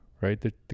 right